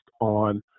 on